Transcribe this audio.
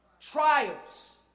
Trials